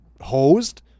hosed